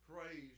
praise